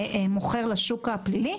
מוכר לשוק הפלילי?